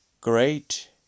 great